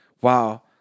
wow